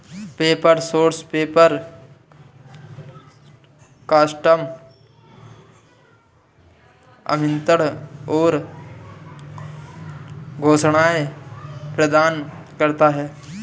paper source paper, custom आमंत्रण और घोषणाएं प्रदान करता है